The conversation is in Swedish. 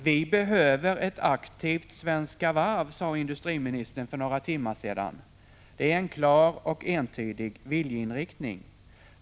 Vi behöver ett aktivt Svenska Varv, sade industriministern för några timmar sedan. Det är en klar och entydig viljeinriktning.